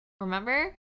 Remember